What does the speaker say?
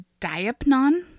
Diapnon